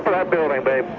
ah that building, babe.